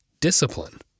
discipline